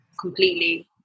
completely